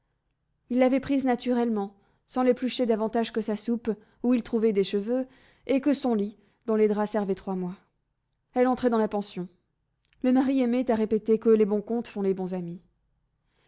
il l'avait prise naturellement sans l'éplucher davantage que sa soupe où il trouvait des cheveux et que son lit dont les draps servaient trois mois elle entrait dans la pension le mari aimait à répéter que les bons comptes font les bons amis